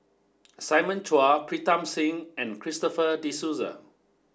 Simon Chua Pritam Singh and Christopher De Souza